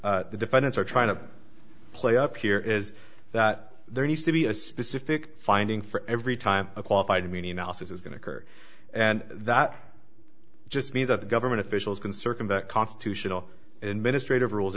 that the defendants are trying to play up here is that there needs to be a specific finding for every time a qualified meaning else is going to occur and that just means that the government officials can circumvent constitutional administrative rules